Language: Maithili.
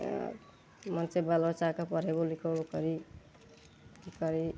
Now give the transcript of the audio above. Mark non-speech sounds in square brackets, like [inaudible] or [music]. [unintelligible] बालबच्चाके पढ़ैबो लिखैबो करि ई करि